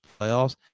playoffs